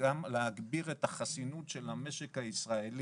וגם להגביר את החסינות של המשק הישראלי.